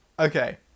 Okay